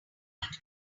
bright